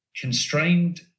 constrained